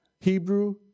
Hebrew